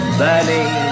burning